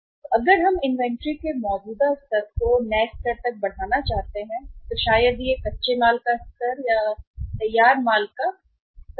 कि अगर हम इन्वेंट्री के स्तर को मौजूदा से नए तक बढ़ाना चाहते हैं तो शायद कच्चे माल का स्तर शायद तैयार माल सूची का स्तर